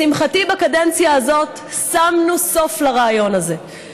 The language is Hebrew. לשמחתי, בקדנציה הזאת שמנו סוף לרעיון הזה.